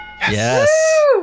Yes